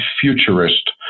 futurist